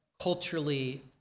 culturally